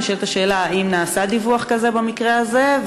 נשאלת השאלה, האם היה דיווח כזה במקרה הזה?